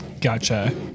gotcha